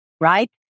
right